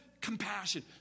compassion